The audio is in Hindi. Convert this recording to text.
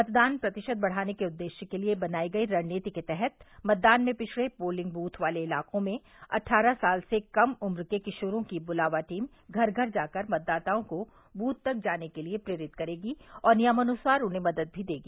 मतदान प्रतिशत बढ़ाने के उददेश्य के लिए बनायी गयी रणनीति के तहत मतदान में पिछड़े पोलिंग दृथ वाले इलाको में अदठारह साल से कम उम्र के किशोरों की बुलावा टीम घर घर जाकर मतदाताओं को बूथ तक जाने के लिए प्रेरित करेगी और नियमानुसार उन्हें मदद भी देगी